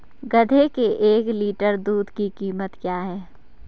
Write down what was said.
गधे के एक लीटर दूध की कीमत क्या है?